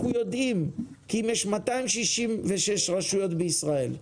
אנחנו יודעים שאם יש 266 ראשי רשויות בישראל,